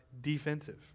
defensive